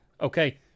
okay